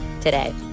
today